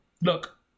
look